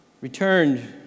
returned